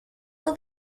will